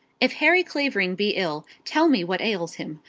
if harry clavering be ill, tell me what ails him.